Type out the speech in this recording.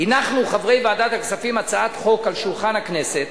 הנחנו, חברי ועדת הכספים, הצעת חוק על שולחן הכנסת